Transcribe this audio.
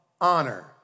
honor